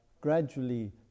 gradually